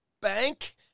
bank